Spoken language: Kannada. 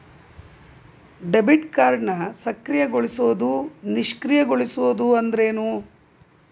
ಡೆಬಿಟ್ ಕಾರ್ಡ್ನ ಸಕ್ರಿಯಗೊಳಿಸೋದು ನಿಷ್ಕ್ರಿಯಗೊಳಿಸೋದು ಅಂದ್ರೇನು?